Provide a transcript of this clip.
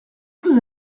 vous